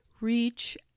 reach